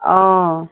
অঁ